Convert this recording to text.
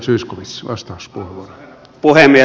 arvoisa herra puhemies